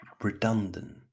redundant